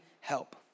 help